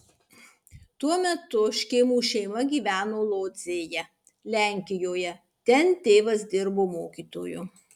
tuo metu škėmų šeima gyveno lodzėje lenkijoje ten tėvas dirbo mokytoju